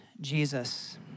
Jesus